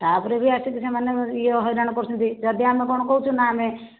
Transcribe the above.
ତାପରେ ବି ଆସିକି ସେମାନେ ଇଏ ହଇରାଣ କରୁଛନ୍ତି ଯଦି ଆମେ କ'ଣ କହୁଛୁ ନା ଆମେ